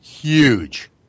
Huge